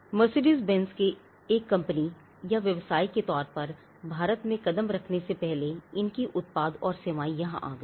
mercedes benz के एक company या व्यवसाय के तौर पर भारत में कदम रखने से पहले इनकी उत्पाद और सेवाएं यहां आ गई थी